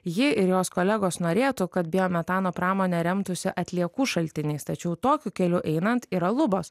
ji ir jos kolegos norėtų kad biometano pramonė remtųsi atliekų šaltiniais tačiau tokiu keliu einant yra lubos